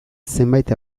zenbait